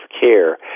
care